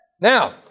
Now